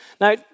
Now